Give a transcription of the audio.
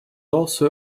also